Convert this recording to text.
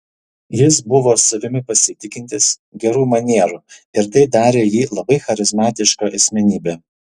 jis buvo savimi pasitikintis gerų manierų ir tai darė jį labai charizmatiška asmenybe